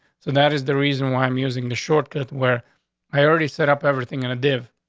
so that is the reason why i'm using the shortcut where i already set up everything in a div.